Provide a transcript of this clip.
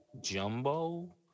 Jumbo